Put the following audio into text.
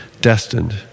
destined